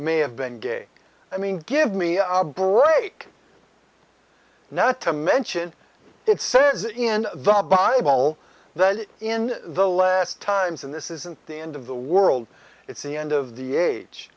may have been gay i mean give me right now to mention it says in the bible that in the last times and this isn't the end of the world it's the end of the age